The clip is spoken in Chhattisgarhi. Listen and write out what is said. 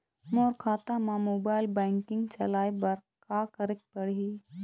मोर खाता मा मोबाइल बैंकिंग चलाए बर का करेक पड़ही?